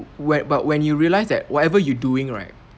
when but when you realised that whatever you doing right